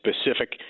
specific